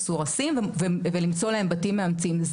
מסורסים ולמצוא להם בתים מאמצים,